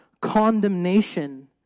condemnation